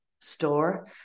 store